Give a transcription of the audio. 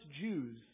Jews